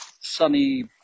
sunny